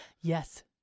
yes